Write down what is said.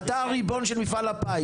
אתה הריבון של מפעל הפיס.